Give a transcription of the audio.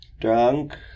drunk